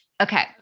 Okay